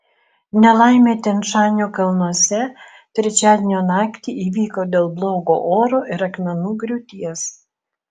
nelaimė tian šanio kalnuose trečiadienio naktį įvyko dėl blogo oro ir akmenų griūties